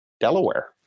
Delaware